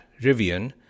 Rivian